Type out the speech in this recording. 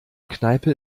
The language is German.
kneipe